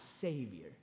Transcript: Savior